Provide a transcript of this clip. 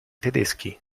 tedeschi